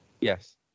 Yes